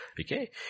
Okay